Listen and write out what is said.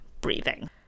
breathing